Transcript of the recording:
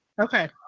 okay